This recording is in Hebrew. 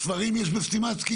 ספרים יש גם בסטימצקי,